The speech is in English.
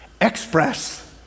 express